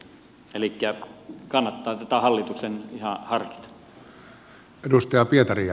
elikkä kannattaa tätä hallituksen ihan harkita